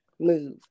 move